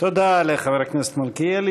תודה לחבר הכנסת מלכיאלי.